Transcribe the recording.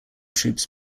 troops